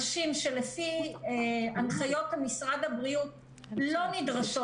נשים שלפי הנחיות משרד הבריאות לא נדרשות